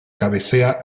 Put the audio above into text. cabecea